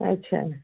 ଆଚ୍ଛା